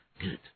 Good